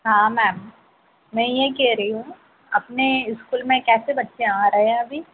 हाँ मैम मैं यह कह रही हूँ अपने स्कूल में कैसे बच्चे आ रहे हैं अभी